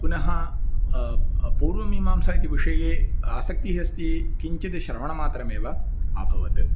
पुनः पूर्वमीमांसा इति विषये आसक्तिः अस्ति किञ्चित् श्रवणमात्रमेव अभवत्